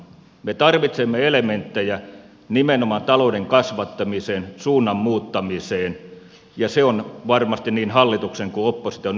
me tarvitsemme elementtejä nimenomaan talouden kasvattamiseen suunnan muuttamiseen ja se on varmasti niin hallituksen kuin opposition yhteinen työ